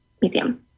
museum